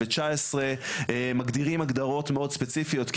מגדירים הגדרות מאוד ספציפיות,